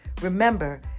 Remember